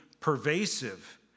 pervasive